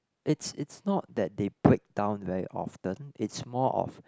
it's it's not that they break down very often it's more of